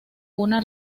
una